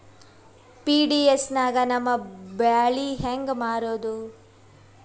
PDS ನಾಗ ನಮ್ಮ ಬ್ಯಾಳಿ ಹೆಂಗ ಮಾರದ?